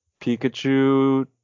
Pikachu